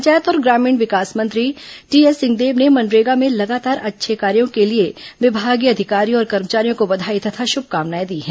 पंचायत और ग्रामीण विकास मंत्री टीएस सिंहदेव ने मनरेगा में लगातार अच्छा कार्यो के लिए विभागीय अधिकारियों और कर्मचारियों को बधाई तथा शुभकामनाएं दी हैं